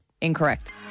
Incorrect